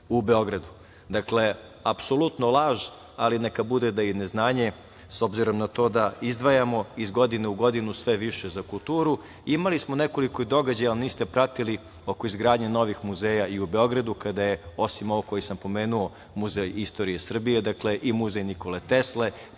u Beogradu. Dakle, apsolutno je laž, ali neka bude da je i neznanje, obzirom na to da izdvajamo iz godine u godinu sve više za kulturu. Imali smo nekoliko događaja, ali niste pratili, oko izgradnje novih muzeja i u Beogradu, osim ovih koje sam pomenuo, Muzej istorije Srbije i Muzej Nikole Tesle,